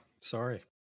sorry